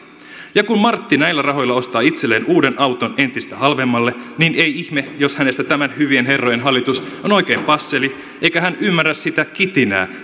kun martti näillä rahoilla ostaa itselleen uuden auton entistä halvemmalla niin ei ihme jos hänestä tämä hyvien herrojen hallitus on oikein passeli eikä hän ymmärrä sitä kitinää